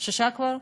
שישה כבר?